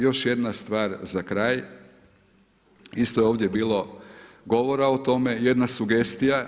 Još jedna stvar za kraj, isto je ovdje bilo govora o tome, jedna sugestija.